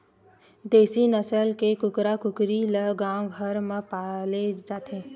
देसी नसल के कुकरा कुकरी ल गाँव घर म पाले जाथे